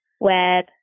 web